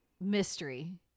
mystery